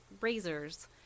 Razors